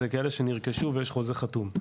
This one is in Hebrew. זה כאלה שנרכשו ויש חוזה חתום,